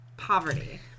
Poverty